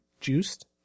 juiced